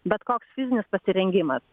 bet koks fizinis pasirengimas